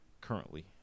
currently